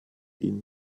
ihn